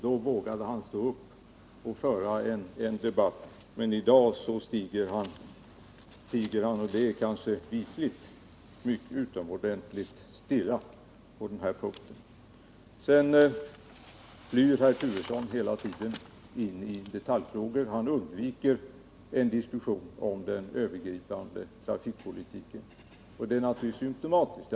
Då vågade han stå upp och föra en debatt. Men i dag tiger han utomordentligt stilla på den här punkten, och det är kanske visligt. Herr Turesson flyr hela tiden in i detaljfrågor. Han undviker en diskussion om den övergripande trafikpolitiken, och det är naturligtvis symtomatiskt.